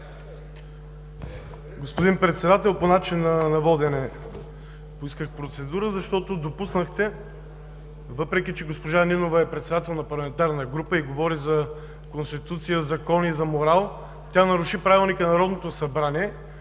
Господин Председател, по начина на водене поисках процедура, защото допуснахте, въпреки че госпожа Нинова е председател на Парламентарна група и говори за Конституция, за закони и за морал, тя наруши Правилника на Народното събрание